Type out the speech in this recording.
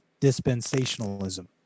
dispensationalism